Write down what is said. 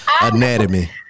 anatomy